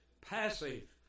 passive